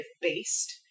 based